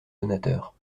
donateurs